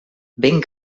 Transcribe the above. ben